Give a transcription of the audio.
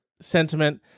sentiment